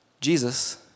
Jesus